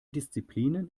disziplinen